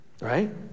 Right